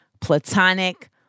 platonic